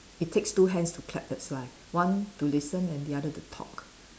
it takes two hands to clap that's why one to listen and the other to talk